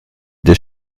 des